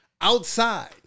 outside